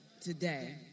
today